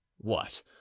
What